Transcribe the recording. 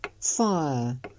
fire